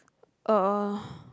uh